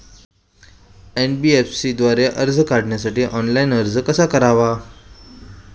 NBFC द्वारे कर्ज काढण्यासाठी ऑनलाइन अर्ज कसा करावा?